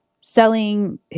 selling